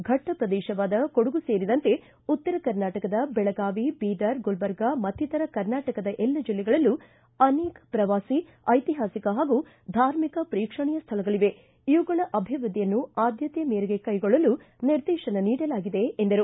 ಫಟ್ಟ ಪ್ರದೇಶವಾದ ಕೊಡಗು ಸೇರಿದಂತೆ ಉತ್ತರ ಕರ್ನಾಟಕದ ಬೆಳಗಾವಿ ಬೀದರ್ ಗುಲ್ವರ್ಗ ಮತ್ತಿತರ ಕರ್ನಾಟಕದ ಎಲ್ಲ ಜಿಲ್ಲೆಗಳಲ್ಲೂ ಆನೇಕ ಪ್ರವಾಸಿ ಐತಿಹಾಸಿಕ ಮತ್ತು ಧಾರ್ಮಿಕ ಪ್ರೇಕ್ಷಣೀಯ ಸ್ಥಳಗಳವೆ ಇವುಗಳ ಅಭಿವ್ಯದ್ಧಿಯನ್ನು ಆದ್ದತೆ ಮೇರೆಗೆ ಕೈಗೊಳ್ಳಲು ನಿರ್ದೇಶನ ನೀಡಲಾಗಿದೆ ಎಂದರು